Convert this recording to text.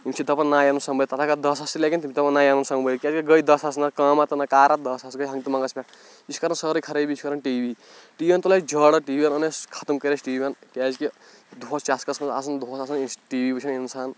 یِم چھِ دَپان نا یہِ اَنُن سنٛبٲلِتھ تَتھ اَگر دَہ ساس تہِ لَگن تِم چھِ دَپان نا یہِ اَنُن سنٛبٲلِتھ کیٛازِکہِ گٔے دَہ ساس نہ کٲمہ تہٕ نہ کارہ دَہ ساس گٔے ہنٛگتہٕ منٛگَس پٮ۪ٹھ یہِ چھِ کران سٲرٕے خرٲبی چھُ کران ٹی وی ٹی وِیَن تُل اَسہِ جیرٕ ٹی وِیَن اوٚن اَسہِ ختٕم کٔر أسۍ ٹی وِیَن کیٛازِکہِ دۄہَس چَسکَس منٛز آسان دۄہَس آسان ٹی وی وٕچھان اِنسان